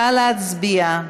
נא להצביע.